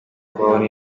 kubaho